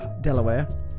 Delaware